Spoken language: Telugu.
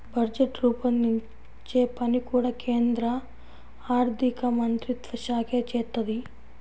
బడ్జెట్ రూపొందించే పని కూడా కేంద్ర ఆర్ధికమంత్రిత్వశాఖే చేత్తది